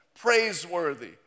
praiseworthy